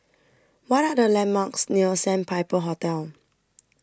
What Are The landmarks near Sandpiper Hotel